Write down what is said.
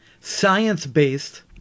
science-based